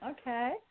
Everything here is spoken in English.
Okay